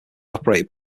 operated